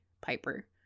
Piper